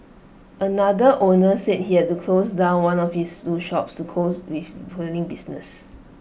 another owner said he had to close down one of his two shops to cause with failing business